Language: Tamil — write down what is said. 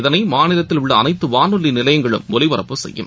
இதனைமாநிலத்தில் உள்ள அனைத்துவானொலிநிலையங்களும் ஒலிபரப்புச் செய்யும்